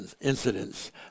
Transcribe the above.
incidents